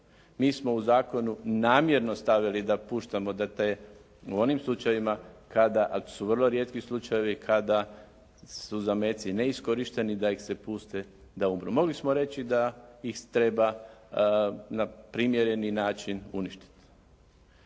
Mi smo u zakonu namjerno stavili da puštamo da te, u onim slučajevima kada, a to su vrlo rijetki slučajevi kada su zameci neiskorišteni da ih se puste da umru. Mogli smo reći da ih treba na primjereni način uništiti.